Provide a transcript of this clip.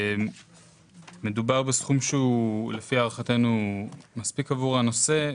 מדובר בסכום שהוא לפי הערכתנו מספיק עבור הנושא.